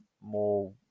more